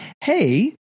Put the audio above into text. hey